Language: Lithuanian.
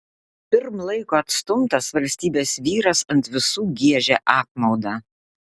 pirm laiko atstumtas valstybės vyras ant visų giežia apmaudą